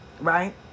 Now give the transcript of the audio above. right